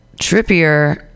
Trippier